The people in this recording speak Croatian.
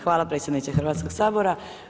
Hvala predsjedniče Hrvatskog sabora.